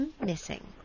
missing